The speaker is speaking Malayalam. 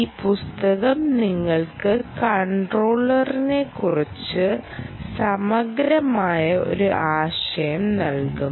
ഈ പുസ്തകം നിങ്ങൾക്ക് കൺട്രോളറിനെക്കുറിച്ച് സമഗ്രമായ ഒരു ആശയം നൽകും